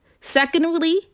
Secondly